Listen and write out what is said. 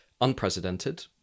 unprecedented